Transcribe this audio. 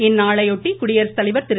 இந்நாளையொட்டி குடியரசுத்தலைவர் திரு